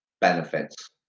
benefits